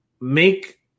make